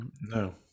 No